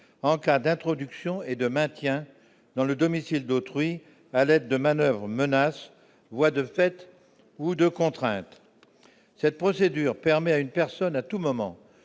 en cas d'introduction et de maintien dans le domicile d'autrui, à l'aide de manoeuvres, menaces, voies de fait ou de contrainte, cette procédure permet à une personne à tout moment